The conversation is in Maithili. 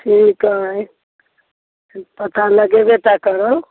ठीक हइ पता लगेबे टा करबै